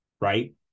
Right